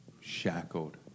shackled